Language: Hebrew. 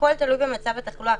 הכול תלוי במצב התחלואה.